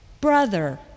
brother